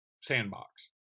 sandbox